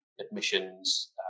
admissions